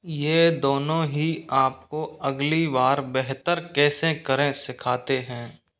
यह दोनों ही आपको अगली बार बेहतर कैसे करें सिखाते हैं